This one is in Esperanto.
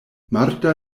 marta